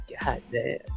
goddamn